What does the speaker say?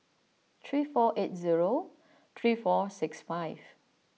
three four eight zero three four six five